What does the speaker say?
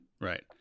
right